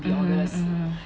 mmhmm mmhmm